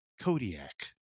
Kodiak